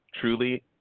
truly